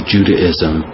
Judaism